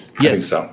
Yes